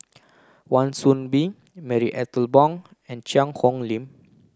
Wan Soon Bee Marie Ethel Bong and Cheang Hong Lim